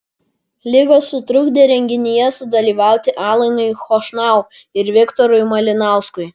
ligos sutrukdė renginyje sudalyvauti alanui chošnau ir viktorui malinauskui